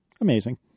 amazing